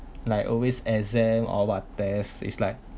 like always exam or what test is like